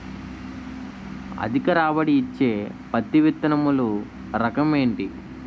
అధిక రాబడి ఇచ్చే పత్తి విత్తనములు రకం ఏంటి?